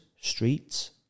streets